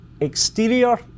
exterior